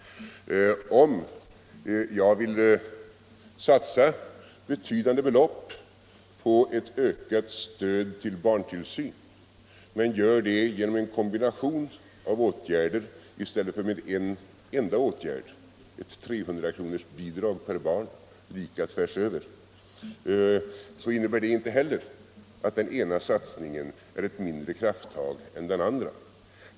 Ekonomiskt stöd åt Om jag vill satsa betydande belopp på ett ökat stöd till barntillsyn men gör det med en kombination av åtgärder i stället för med en enda åtgärd — ett 300-kronorsbidrag per barn, lika för alla — så innebär det inte heller att den ena satsningen är ett mindre krafttag än den andra.